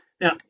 now